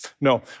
No